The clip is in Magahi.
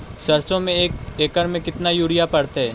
सरसों में एक एकड़ मे केतना युरिया पड़तै?